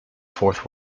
fourth